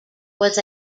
was